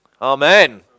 Amen